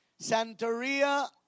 Santeria